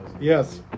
Yes